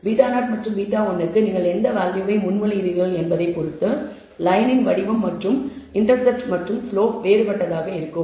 β0 மற்றும் β1 க்கு நீங்கள் எந்த வேல்யூவை முன்மொழிகிறீர்கள் என்பதைப் பொறுத்து லயன் இன் வடிவம் மற்றும் இன்டர்செப்ட் மற்றும் ஸ்லோப் வேறுபட்டதாக இருக்கும்